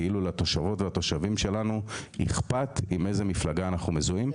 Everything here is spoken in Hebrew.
כאילו לתושבות ולתושבים שלנו אכפת עם איזה מפלגה אנחנו מזוהים.